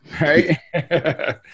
Right